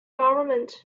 government